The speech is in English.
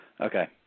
okay